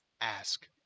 ask